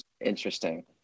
interesting